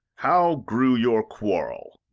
how grew your quarrel?